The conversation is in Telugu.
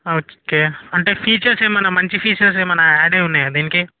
ఓకే అంటే ఫీచర్స్ ఏమన్న మంచి ఫీచర్స్ ఏమన్న ఆడ్ అయి ఉన్నాయా దీనికి